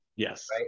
Yes